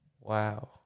Wow